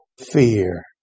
fear